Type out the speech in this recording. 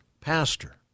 pastor